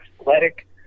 athletic